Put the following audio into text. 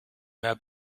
mehr